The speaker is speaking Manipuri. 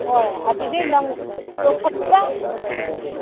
ꯍꯣꯏ ꯑꯗꯨꯗꯤ ꯅꯪꯗꯣ ꯐꯖꯅ